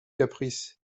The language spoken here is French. caprice